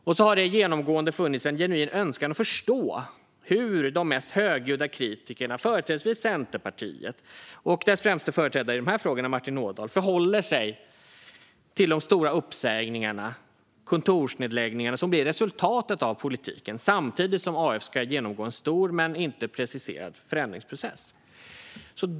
Det har även genomgående funnits en genuin önskan att förstå hur de mest högljudda kritikerna - företrädesvis Centerpartiet och dess främsta företrädare i de här frågorna, Martin Ådahl - förhåller sig till de stora uppsägningar och kontorsnedläggningar som blir resultatet av politiken, samtidigt som Arbetsförmedlingen ska genomgå en stor men inte preciserad förändringsprocess.